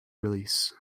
release